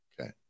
Okay